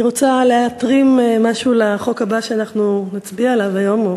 אני רוצה להטרים משהו לחוק הבא שאנחנו נצביע עליו היום,